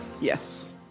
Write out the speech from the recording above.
Yes